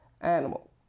animal